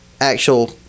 actual